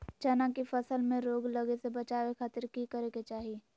चना की फसल में रोग लगे से बचावे खातिर की करे के चाही?